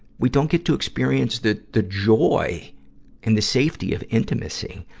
we don't get to experience the, the joy and the safety of intimacy.